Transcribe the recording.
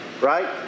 right